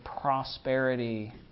prosperity